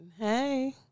Hey